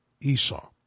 Esau